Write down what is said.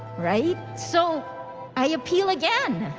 right? so i appeal again.